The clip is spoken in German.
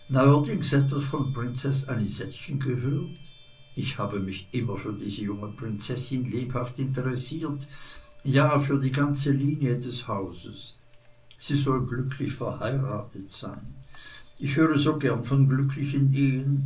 etwas von prinzeß anisettchen gehört ich habe mich immer für diese junge prinzessin lebhaft interessiert ja für die ganze linie des hauses sie soll glücklich verheiratet sein ich höre so gern von glücklichen ehen